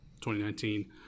2019